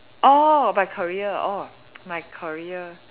oh by career oh my career